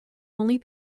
only